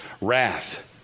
wrath